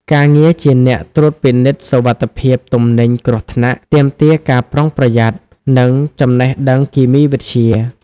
ការងារជាអ្នកត្រួតពិនិត្យសុវត្ថិភាពទំនិញគ្រោះថ្នាក់ ទាមទារការប្រុងប្រយ័ត្ន និងចំណេះដឹងគីមីវិទ្យា។